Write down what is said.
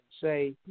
say